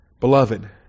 beloved